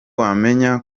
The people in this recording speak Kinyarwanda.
wamenya